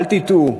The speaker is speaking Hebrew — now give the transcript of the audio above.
אל תטעו,